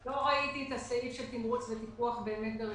לא ראיתי את הסעיף של תמרוץ וטיפוח ברשימה